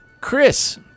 Chris